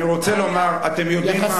אני רוצה רק לומר: אתם יודעים מה?